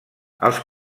els